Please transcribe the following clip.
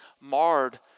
marred